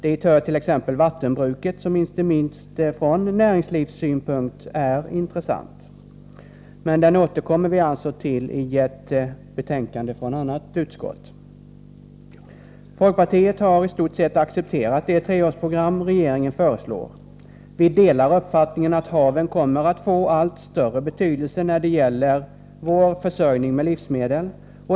Dit hör t.ex. vattenbruket, som inte minst från näringslivssynpunkt är intressant. Men det återkommer vi alltså till i samband med ett betänkande från ett annat utskott. Folkpartiet har i stort sett accepterat det treårsprogram som regeringen föreslår. Vi delar uppfattningen att haven kommer att få allt större betydelse när det gäller vår försörjning med livsmedel.